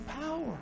power